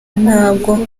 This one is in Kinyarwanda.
ntabwo